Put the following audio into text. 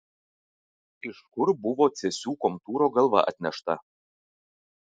iš kur buvo cėsių komtūro galva atnešta